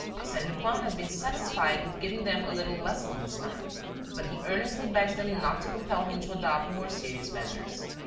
arsene lupin has been satisfied with giving them a little lesson this time but he earnestly begs them not to compel him to adopt more serious measures.